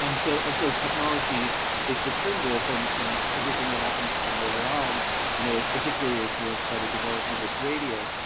and so and so technology is determinative and and everything that happens from there on you know it's particularly influenced by the development of radio.